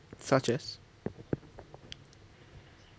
such as